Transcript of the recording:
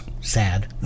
sad